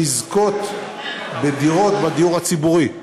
לזכות בדירות בדיור הציבורי.